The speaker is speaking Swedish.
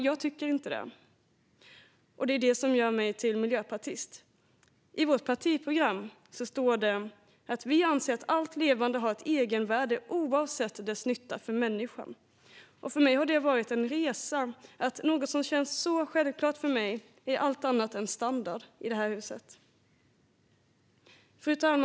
Jag tycker inte det, fru talman, och det är det som gör mig till miljöpartist. I vårt partiprogram står det att vi anser att allt levande har ett egenvärde oavsett dess nytta för människan. För mig har det varit en resa att upptäcka att något som känns så självklart för mig är allt annat än standard här i riksdagshuset. Fru talman!